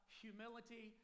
humility